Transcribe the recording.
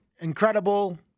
incredible